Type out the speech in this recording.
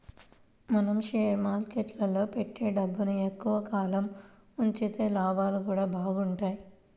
మనం షేర్ మార్కెట్టులో పెట్టే డబ్బుని ఎక్కువ కాలం ఉంచితే లాభాలు గూడా బాగుంటయ్